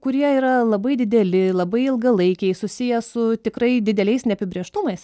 kurie yra labai dideli labai ilgalaikiai susiję su tikrai dideliais neapibrėžtumais